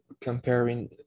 comparing